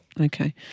Okay